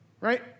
Right